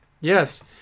Yes